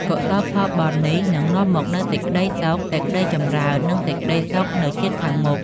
កុសលផលបុណ្យនេះ នឹងនាំមកនូវសេចក្តីសុខ សេចក្តីចម្រើន និងសេចក្តីសុខនៅជាតិខាងមុខ។